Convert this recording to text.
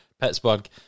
Pittsburgh